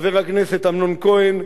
חבר הכנסת נסים זאב,